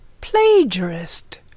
Plagiarist